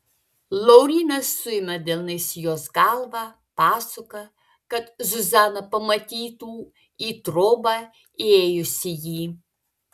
laurynas suima delnais jos galvą pasuka kad zuzana pamatytų į trobą įėjusįjį